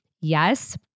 Yes